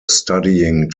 studying